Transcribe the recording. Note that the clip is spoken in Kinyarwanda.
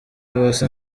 basa